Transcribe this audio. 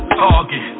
target